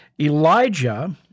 Elijah